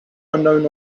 unknown